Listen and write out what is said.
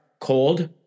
Cold